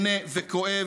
כן וכואב,